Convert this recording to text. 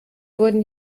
wurden